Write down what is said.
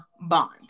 Bond